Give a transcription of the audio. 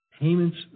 payments